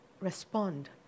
respond